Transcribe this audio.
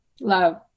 Love